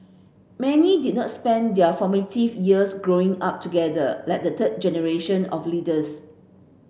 many did not spend their formative years Growing Up together like the third generation of leaders